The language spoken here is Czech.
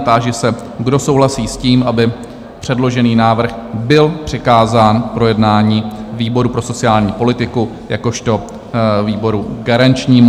Táži se, kdo souhlasí s tím, aby předložený návrh byl přikázán k projednání výboru pro sociální politiku jakožto výboru garančnímu?